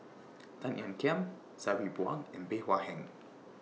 Tan Ean Kiam Sabri Buang and Bey Hua Heng